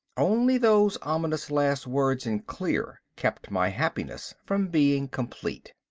only those ominous last words in clear kept my happiness from being complete.